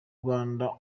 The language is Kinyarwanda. rwanda